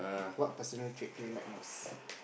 what personal trait do you like most